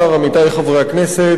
עמיתי חברי הכנסת,